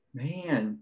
man